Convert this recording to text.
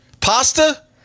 Pasta